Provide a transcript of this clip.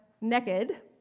naked